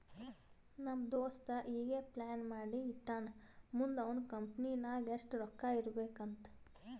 ನಮ್ ದೋಸ್ತ ಈಗೆ ಪ್ಲಾನ್ ಮಾಡಿ ಇಟ್ಟಾನ್ ಮುಂದ್ ಅವಂದ್ ಕಂಪನಿ ನಾಗ್ ಎಷ್ಟ ರೊಕ್ಕಾ ಇರ್ಬೇಕ್ ಅಂತ್